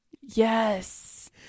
Yes